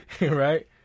Right